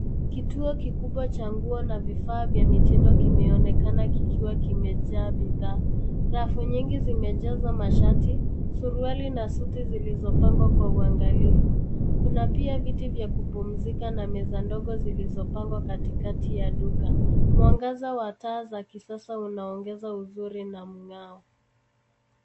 Kituo kikubwa cha nguo na vifaa vya mitindo kimeonekana kikiwa kimejaa bidhaa. Rafu nyingi zimejaza mashati, suruali na suti zilizopangwa kwa uangalifu. Kuna pia viti vya kupumzika na meza ndogo zilizopangwa katikati ya duka. Mwangaza wa taa za kisasa unaongeza uzuri na mng'ao.